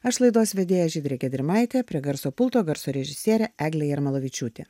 aš laidos vedėja žydrė gedrimaitė prie garso pulto garso režisierė eglė jarmalavičiūtė